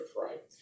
right